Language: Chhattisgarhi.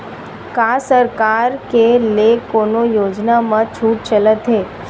का सरकार के ले कोनो योजना म छुट चलत हे?